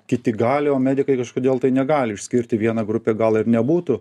kiti gali o medikai kažkodėl tai negali išskirti viena grupė gal ir nebūtų